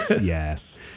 yes